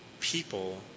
people